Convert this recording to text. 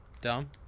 Dumb